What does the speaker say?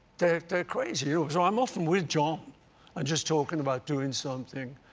they're crazy. you know i'm often with john and just talking about doing something,